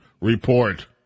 report